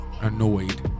Annoyed